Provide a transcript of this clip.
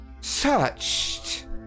searched